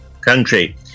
country